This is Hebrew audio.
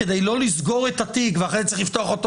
כדי לא לסגור את התיק ואז להצטרך לפתוח אותו